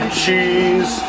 cheese